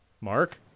Mark